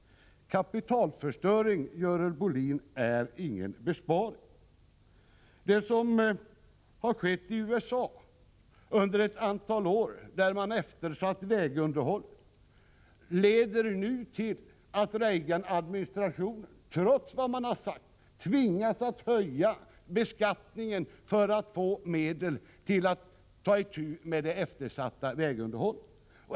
Kapitalförstöring, Görel Bohlin, är ingen besparing. Det som under ett antal år skett i USA, där man eftersatt vägunderhållet, leder nu till att Reaganadministrationen, trots vad dess företrädare har sagt, tvingas höja beskattningen för att få medel till att ta itu med det eftersatta vägunderhållet.